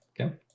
Okay